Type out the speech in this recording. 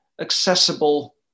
accessible